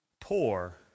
poor